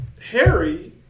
Harry